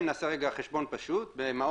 אם נעשה חשבון פשוט - בכיתה